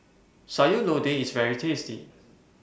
Sayur Lodeh IS very tasty